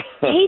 hey